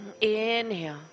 Inhale